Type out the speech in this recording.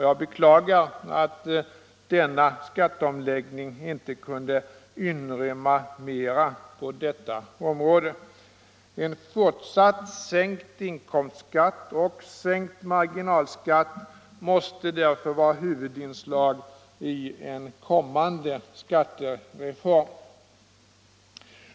Jag beklagar att dagens skatteomläggning inte kunde inrymma mer på detta område. En fortsatt sänkt inkomstskatt och sänkt marginalskatt måste därför vara huvudinslag i en kommande skattereform.